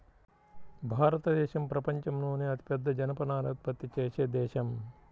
భారతదేశం ప్రపంచంలోనే అతిపెద్ద జనపనార ఉత్పత్తి చేసే దేశం